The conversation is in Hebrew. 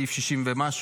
סעיף 60 ומשהו